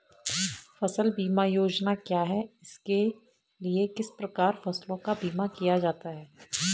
फ़सल बीमा योजना क्या है इसके लिए किस प्रकार फसलों का बीमा किया जाता है?